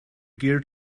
geared